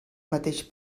mateix